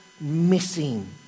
missing